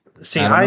See